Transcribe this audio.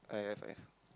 I have I have